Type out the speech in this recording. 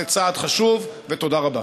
זה צעד חשוב, ותודה רבה.